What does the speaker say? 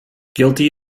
guilty